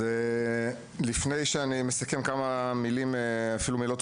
אז לפני שאני מסכם אני רוצה לומר כמה מילות תודה.